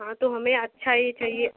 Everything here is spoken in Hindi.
हाँ तो हमें अच्छा ही चाहिए